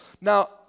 Now